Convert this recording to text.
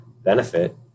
benefit